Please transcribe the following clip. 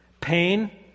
Pain